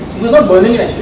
were not burning it actually,